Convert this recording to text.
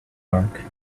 dark